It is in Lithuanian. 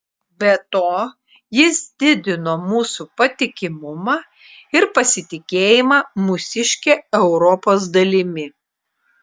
be to jis didino mūsų patikimumą ir pasitikėjimą mūsiške europos dalimi